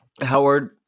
Howard